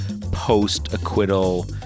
post-acquittal